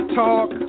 talk